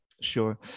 sure